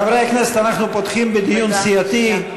חברי הכנסת, אנחנו פותחים בדיון סיעתי.